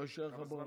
תודה רבה.